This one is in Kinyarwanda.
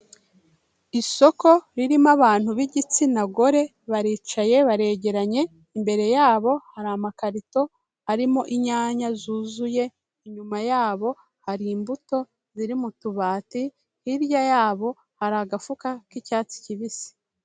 Isoko ririmo abantu b'igitsina gore baricaye baregeranye, imbere yabo hari amakarito arimo inyanya zuzuye, inyuma yabo hari imbuto ziri mu tubati, hirya yabo hari agafuka k'icyatsi kibisi.